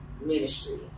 ministry